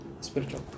spiritual